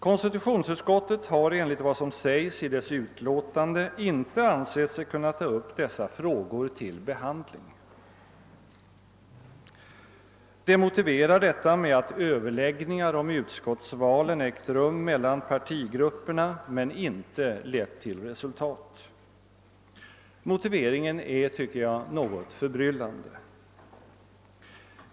Konstitutionsutskottet har enligt vad som sägs i dess utlåtande inte ansett sig kunna ta upp dessa frågor till behandling. Utskottet motiverar detta med att överläggningar om utskottsvalen ägt rum mellan partigrupperna men inte lett till resultat. Motiveringen är, tycker jag, något förbryllande.